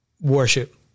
worship